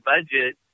budget